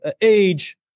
age